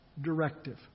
directive